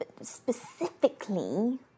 Specifically